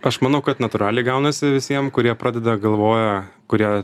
aš manau kad natūraliai gaunasi visiem kurie pradeda galvoja kurie